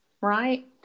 right